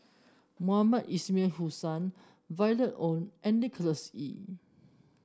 Mohamed Ismail Hussain Violet Oon and Nicholas Ee